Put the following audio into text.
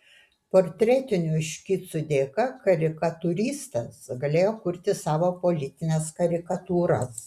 portretinių škicų dėka karikatūristas galėjo kurti savo politines karikatūras